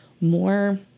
more